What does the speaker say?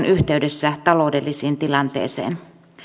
yhteydessä taloudelliseen tilanteeseen